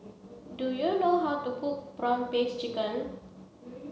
do you know how to cook prawn paste chicken